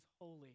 holy